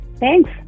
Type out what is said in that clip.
Thanks